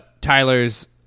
Tyler's